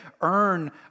earn